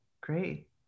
Great